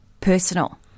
personal